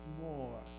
more